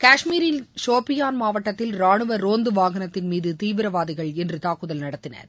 காஷ்மீரில் சோபியாள் மாவட்டத்தில் ரானுவ ரோந்து வாகனத்தின்மீது தீவிரவாதிகள் இன்று தாக்குதல் நடத்தினர்